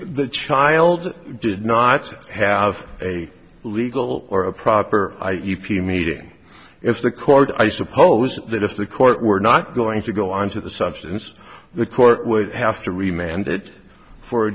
the child did not have a legal or a proper i e p meeting if the court i suppose that if the court were not going to go on to the substance the court would have to